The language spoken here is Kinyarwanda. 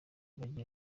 kugira